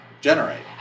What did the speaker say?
generate